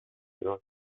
كيوتو